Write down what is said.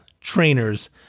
trainers